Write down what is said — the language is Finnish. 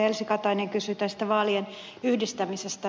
elsi katainen kysyi vaalien yhdistämisestä